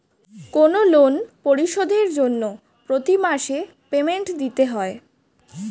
কোনো লোন পরিশোধের জন্য প্রতি মাসে পেমেন্ট দিতে হয়